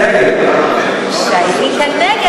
שהייתי נגד?